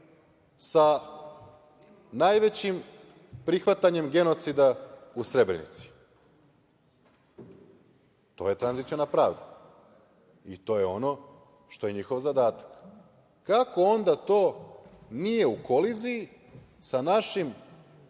sa najvećim prihvatanjem genocida u Srebrenici. To je tranziciona pravda i to je ono što je njihov zadatak. Kako onda to nije u koliziji sa našim